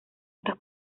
estos